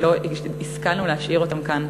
כי לא השכלנו להשאיר אותם כאן.